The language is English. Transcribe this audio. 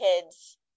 kids